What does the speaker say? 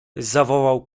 zawołał